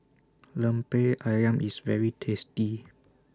Lemper Ayam IS very tasty